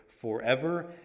forever